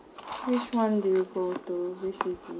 which one did you go to which city